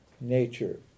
nature